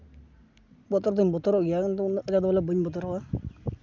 ᱵᱚᱛᱚᱨ ᱫᱩᱧ ᱵᱚᱛᱚᱨᱚᱜ ᱜᱮᱭᱟᱟᱫᱚ ᱩᱱᱟᱹᱜ ᱠᱟᱡᱟᱠ ᱫᱚ ᱵᱚᱞᱮ ᱵᱟᱹᱧ ᱵᱚᱛᱚᱨᱚᱜᱼᱟ